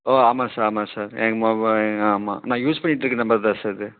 ஓ ஆமாம் சார் ஆமாம் சார் எங்கள் மு வ எங்கள் ஆமாம் நான் யூஸ் பண்ணிக்கிட்டு இருக்க நம்பர் தான் சார் இது